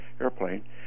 airplane